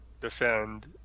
defend